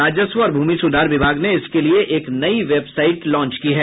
राजस्व और भ्रमि सुधार विभाग ने इसके लिए एक नई वेबसाईट लांच की है